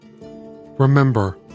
remember